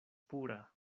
pura